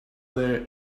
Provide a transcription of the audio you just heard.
there